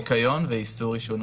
הניקיון ואיסור עישון,